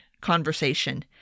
conversation